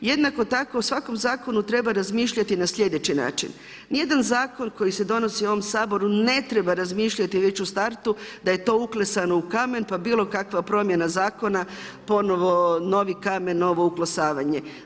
Jednako tako o svakom zakonu treba razmišljati na sljedeći način, nijedan zakon koji se donosi u ovom Saboru ne treba razmišljati već u startu da je to uklesano u kamen pa bilo kakva promjena zakona ponovo novi kamen, novo uklesavanje.